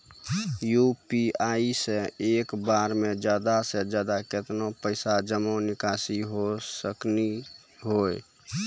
UPI से एक बार मे ज्यादा से ज्यादा केतना पैसा जमा निकासी हो सकनी हो?